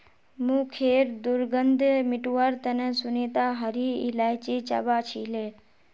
मुँहखैर दुर्गंध मिटवार तने सुनीता हरी इलायची चबा छीले